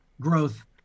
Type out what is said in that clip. growth